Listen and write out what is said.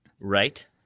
Right